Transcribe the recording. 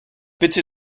bitte